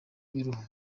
y’uruhu